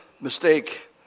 mistake